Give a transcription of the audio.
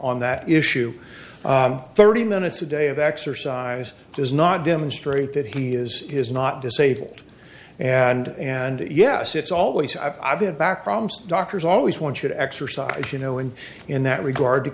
on that issue thirty minutes a day of exercise does not demonstrate that he is is not disabled and and yes it's always i've had back problems doctors always wanted exercise you know and in that regard to